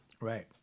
right